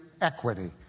equity